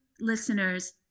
listeners